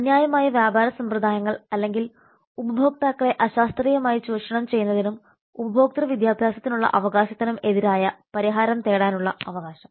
അന്യായമായ വ്യാപാര സമ്പ്രദായങ്ങൾ അല്ലെങ്കിൽ ഉപഭോക്താക്കളെ അശാസ്ത്രീയമായി ചൂഷണം ചെയ്യുന്നതിനും ഉപഭോക്തൃ വിദ്യാഭ്യാസത്തിനുള്ള അവകാശത്തിനും എതിരായ പരിഹാരം തേടാനുള്ള അവകാശം